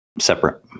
Separate